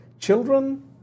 Children